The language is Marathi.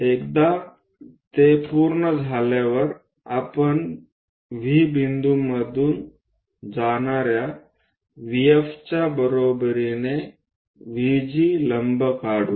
एकदा ते पूर्ण झाल्यावर आपण V बिंदूमधून जाणाऱ्या VFच्या बरोबरीने VG लंब काढू